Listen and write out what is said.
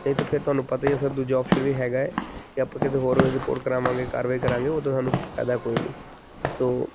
ਨਹੀ ਤਾਂ ਫਿਰ ਤੁਹਾਨੂੰ ਪਤਾ ਹੀ ਸਰ ਦੂਜਾ ਆਪਸ਼ਨ ਵੀ ਹੈਗਾ ਕਿ ਆਪਾਂ ਕਿਤੋਂ ਹੋਰ ਰਿਪੋਰਟ ਕਰਾਵਾਂਗੇ ਕਾਰਵਾਈ ਕਰਾਂਗੇ ਉਹਦਾ ਸਾਨੂੰ ਫ਼ਾਇਦਾ ਕੋਈ ਨਹੀਂ ਸੋ